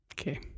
Okay